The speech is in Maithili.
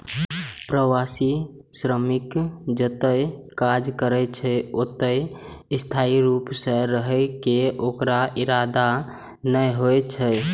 प्रवासी श्रमिक जतय काज करै छै, ओतय स्थायी रूप सं रहै के ओकर इरादा नै होइ छै